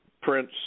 Prince